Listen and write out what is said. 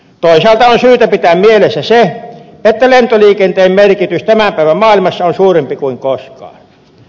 toisaalta on syytä pitää mielessä se että lentoliikenteen merkitys tämän päivän maailmassa on suurempi kuin koskaan